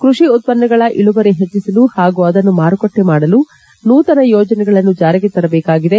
ಕ್ಕಷಿ ಉತ್ಪನ್ನಗಳ ಇಳುವರಿ ಹೆಚ್ಚಿಸಲು ಹಾಗೂ ಅದನ್ನು ಮಾರುಕಟ್ಟೆ ಮಾಡಲು ನೂತನ ಯೋಜನೆಗಳನ್ನು ಜಾರಿಗೆ ತರಬೇಕಾಗಿದೆ